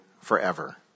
forever